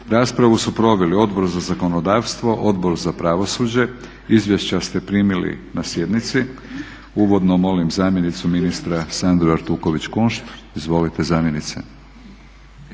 Raspravu su proveli Odbor za zakonodavstvo, Odbor za pravosuđe. Izvješća ste primili na sjednici. Uvodno molim zamjenicu ministra Sandru Artuković Kunšt. Izvolite zamjenice.